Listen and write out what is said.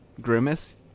Grimace